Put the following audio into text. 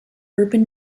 urban